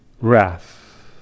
wrath